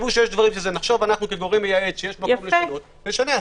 נחשוב אנחנו כגורם מייעץ שיש מקום לשנות - נשנה.